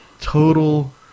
total